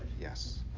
yes